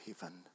heaven